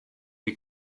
the